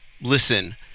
listen